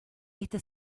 esta